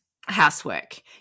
Housework